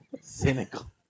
Cynical